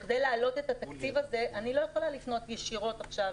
כדי להעלות את התקציב הזה אני לא יכולה לפנות ישירות עכשיו